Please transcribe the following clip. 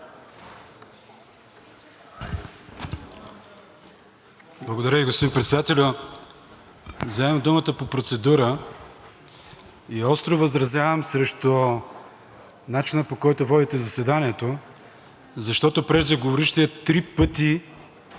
Благодаря, господин Председателю. Вземам думата по процедура и остро възразявам срещу начина, по който водите заседанието, защото преждеговорившият три пъти